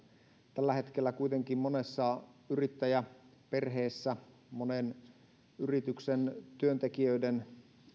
tällä hetkellä kuitenkin monessa yrittäjäperheessä monen yrityksen työntekijöiden